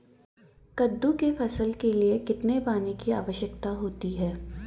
कद्दू की फसल के लिए कितने पानी की आवश्यकता होती है?